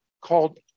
called